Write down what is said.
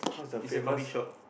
it's a coffee shop